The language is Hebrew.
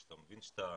כשאתה מבין שאתה